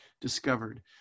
discovered